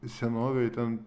senovėj ten